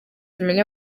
tumenye